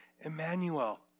Emmanuel